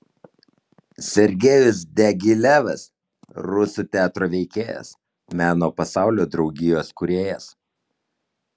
sergejus diagilevas rusų teatro veikėjas meno pasaulio draugijos kūrėjas